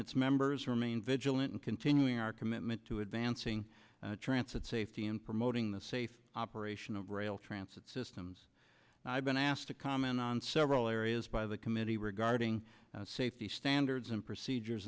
its members remain vigilant in continuing our commitment to advancing trance of safety and promoting the safe operation of rail transit systems i've been asked to comment on several areas by the committee regarding safety standards and procedures